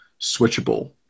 switchable